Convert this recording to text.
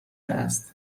است